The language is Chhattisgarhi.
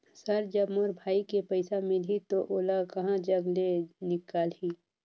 सर जब मोर भाई के पइसा मिलही तो ओला कहा जग ले निकालिही?